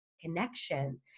connection